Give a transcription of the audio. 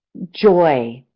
joy.